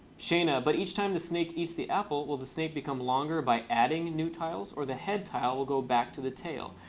shayna, but each time the snake eats the apple, will the snake become longer by adding new tiles, or the head tile will go back to the tail?